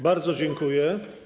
Bardzo dziękuję.